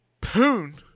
Poon